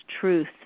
truth